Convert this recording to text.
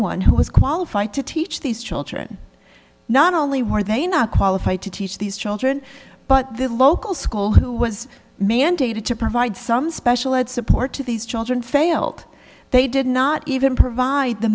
one who was qualified to teach these children not only were they not qualified to teach these children but the local school who was mandated to provide some special ed support to these children failed they did not even provide the